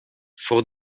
for